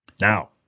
Now